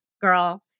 girl